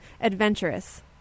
adventurous